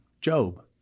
Job